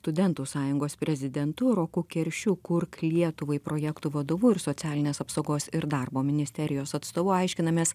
studentų sąjungos prezidentu roku keršiu kurk lietuvai projektų vadovu ir socialinės apsaugos ir darbo ministerijos atstovu aiškinamės